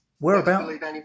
Whereabouts